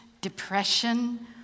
depression